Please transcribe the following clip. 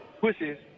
pushes